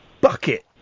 bucket